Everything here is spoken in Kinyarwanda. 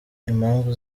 impamvu